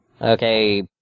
Okay